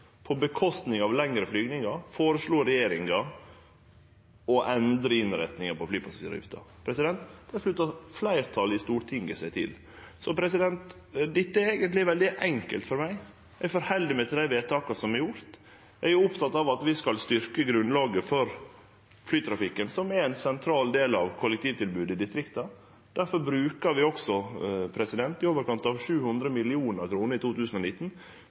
på kostnad av lengre flygingar, føreslo regjeringa å endre innretninga på flypassasjeravgifta. Det slutta fleirtalet i Stortinget seg til. Dette er eigentleg veldig enkelt for meg. Eg held meg til dei vedtaka som er gjorde. Eg er oppteken av at vi skal styrkje grunnlaget for flytrafikken, som er ein sentral del av kollektivtilbodet i distrikta. Difor bruker vi i 2019 også i overkant av 700